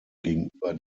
gegenüber